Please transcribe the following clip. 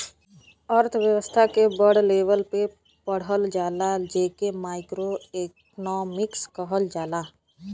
अर्थव्यस्था के बड़ लेवल पे पढ़ल जाला जे के माइक्रो एक्नामिक्स कहल जाला